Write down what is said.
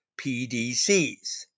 PDCs